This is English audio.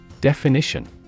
Definition